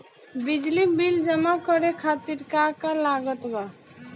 बिजली बिल जमा करे खातिर का का लागत बा?